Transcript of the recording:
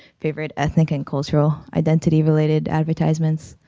favored ethnic and cultural identity related advertisements.